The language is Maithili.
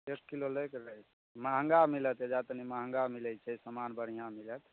एक किलो लैके रहय महगा मिलत एहिजाँ तनी महगा मिलय छै सामान बढ़िआँ मिलत